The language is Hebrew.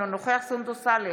אינו נוכח סונדוס סאלח,